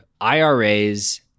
IRAs